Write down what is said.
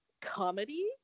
comedy